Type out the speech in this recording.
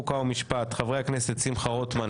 חוקה ומשפט: חבר הכנסת שמחה רוטמן,